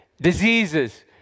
diseases